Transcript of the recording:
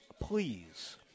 please